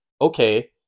okay